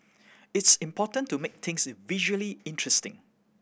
it's important to make things visually interesting